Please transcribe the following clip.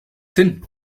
hin